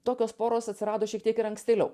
tokios poros atsirado šiek tiek ir ankstėliau